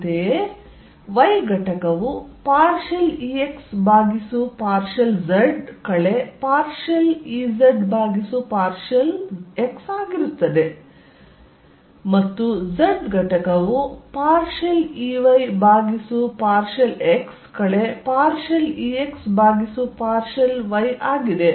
ಅಂತೆಯೇ y ಘಟಕವು partial Ex ಭಾಗಿಸು ಪಾರ್ಷಿಯಲ್ z ಕಳೆ ಪಾರ್ಷಿಯಲ್ Ez ಭಾಗಿಸು ಪಾರ್ಷಿಯಲ್ xಆಗಿರುತ್ತದೆ ಮತ್ತು z ಘಟಕವು ಪಾರ್ಷಿಯಲ್ Ey ಭಾಗಿಸು ಪಾರ್ಷಿಯಲ್ x ಕಳೆ ಪಾರ್ಷಿಯಲ್ Ex ಭಾಗಿಸು ಪಾರ್ಷಿಯಲ್ y ಆಗಿದೆ